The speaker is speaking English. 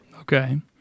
Okay